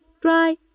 dry